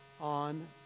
on